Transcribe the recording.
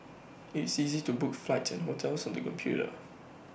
IT is easy to book flights and hotels on the computer